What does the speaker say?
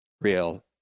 real